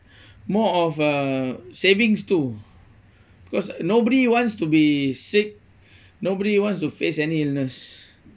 more of uh savings too because nobody wants to be sick nobody wants to face any illness